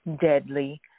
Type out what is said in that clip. deadly